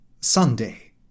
Sunday